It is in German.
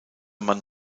man